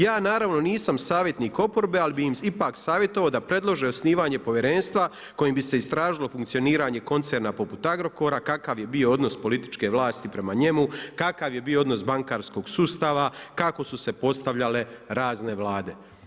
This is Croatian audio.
Ja naravno nisam savjetnik oporbe, ali bih im ipak savjetovao da predlože osnivanje povjerenstva kojim bi se istražilo funkcioniranje koncerna poput Agrokora, kakav je bio odnos političke vlasti prema njemu, kakav je bio odnos bankarskog sustava, kako su se postavljale razne vlade.